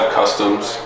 customs